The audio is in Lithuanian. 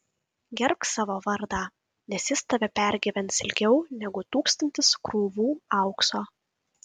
gerbk savo vardą nes jis tave pergyvens ilgiau negu tūkstantis krūvų aukso